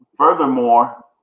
Furthermore